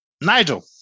Nigel